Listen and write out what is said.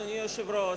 אדוני היושב-ראש,